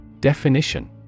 Definition